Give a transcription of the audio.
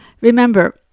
Remember